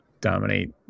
dominate